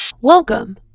Welcome